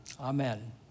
Amen